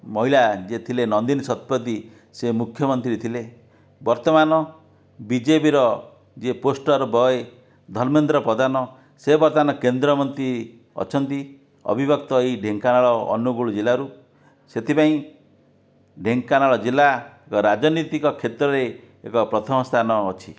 ମହିଳା ଯେ ଥିଲେ ନନ୍ଦିନୀ ଶତପଥୀ ସେ ମୁଖ୍ୟ ମନ୍ତ୍ରୀ ଥିଲେ ବର୍ତ୍ତମାନ ବିଜେପିର ଯିଏ ପୋଷ୍ଟର ବୟ ଧର୍ମେନ୍ଦ୍ର ପ୍ରଧାନ ସେ ବର୍ତ୍ତମାନ କେନ୍ଦ୍ର ମନ୍ତ୍ରୀ ଅଛନ୍ତି ଅବିଭକ୍ତ ଏହି ଢେଙ୍କାନାଳ ଅନୁଗୁଳ ଜିଲ୍ଲାରୁ ସେଇଥି ପାଇଁ ଢେଙ୍କାନାଳ ଜିଲ୍ଲା ରାଜନୀତିକ କ୍ଷେତ୍ରରେ ଏବେ ପ୍ରଥମ ସ୍ଥାନ ଅଛି